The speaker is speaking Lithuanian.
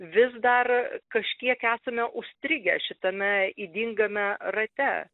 vis dar kažkiek esame užstrigę šitame ydingame rate